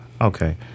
Okay